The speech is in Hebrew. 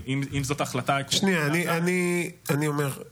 אני סוגר את רשימת הדוברים.